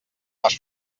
las